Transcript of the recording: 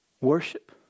worship